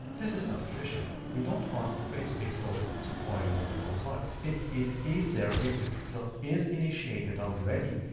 this is not efficient. we don't want facebook pixel to fire more than one time. if it is there, if the pixel is initiated already,